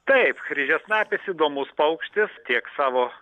taip kryžiasnapis įdomus paukštis tiek savo